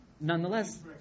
Nonetheless